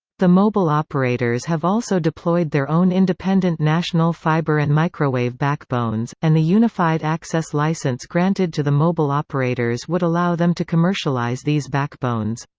the mobile operators have also deployed their own independent national fiber and microwave backbones, and the unified access license granted to the mobile operators would allow them to commercialize these backbones.